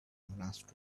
monastery